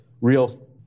real